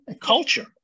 culture